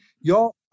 y'all